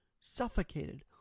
suffocated